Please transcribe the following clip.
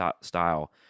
style